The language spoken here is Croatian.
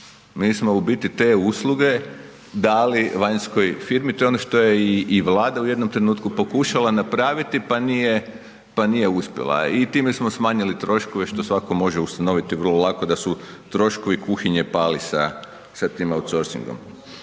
Mi smo u biti te usluge dali vanjskoj firmi. To je ono što je i Vlada u jednom trenutku pokušala napraviti pa nije uspjela. I time smo smanjili troškove što svatko može ustanoviti vrlo lako da su troškovi kuhinje pali sa tim outsorcingom.